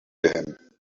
again